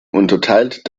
unterteilt